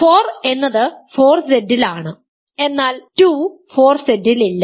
4 എന്നത് 4Z ൽ ആണ് എന്നാൽ 2 4Z ൽ ഇല്ല